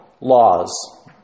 laws